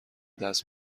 دست